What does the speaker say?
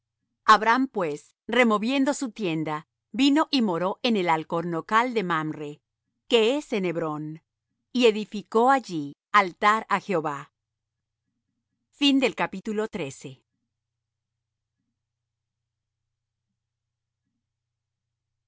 abram pues removiendo su tienda vino y moró en el alcornocal de mamre que es en hebrón y edificó allí altar á jehová y